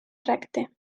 recte